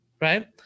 right